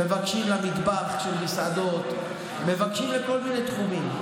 מבקשים למטבח של מסעדות, מבקשים לכל מיני תחומים.